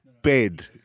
bed